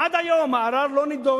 עד היום הערר לא נדון,